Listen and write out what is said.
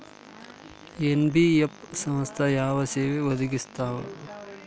NBF ಸಂಸ್ಥಾ ಯಾವ ಸೇವಾ ಒದಗಿಸ್ತಾವ?